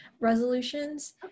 resolutions